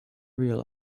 real